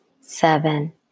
seven